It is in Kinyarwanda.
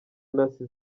ntasi